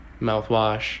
mouthwash